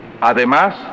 además